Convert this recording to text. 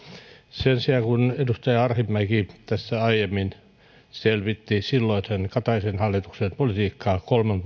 sen sijaan siihen miten edustaja arhinmäki tässä aiemmin selvitti silloisen kataisen hallituksen politiikkaa kolmen